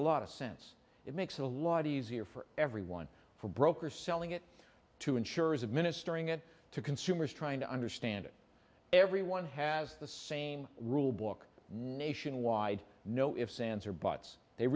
a lot of sense it makes a lot easier for everyone for brokers selling it to insurers administering it to consumers trying to understand it everyone has the same rulebook nationwide no ifs ands or buts they